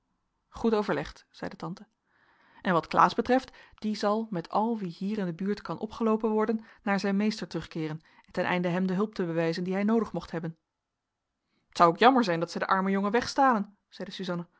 goed overlegd zeide tante en wat klaas betreft die zal met al wie hier in de buurt kan opgeloopen worden naar zijn meester terugkeeren ten einde hem de hulp te bewijzen die hij noodig mocht hebben t zou ook jammer zijn dat zij den armen jongen wegstalen zeide suzanna